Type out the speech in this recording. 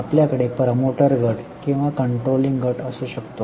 आपल्याकडे प्रमोटर गट किंवा कंट्रोलिंग गट असू शकतो